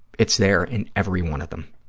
it's there in every one of them.